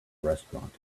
restaurant